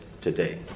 today